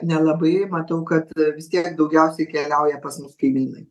nelabai matau kad vis tiek daugiausiai keliauja pas mus kaimynai